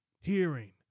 hearing